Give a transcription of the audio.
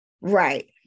right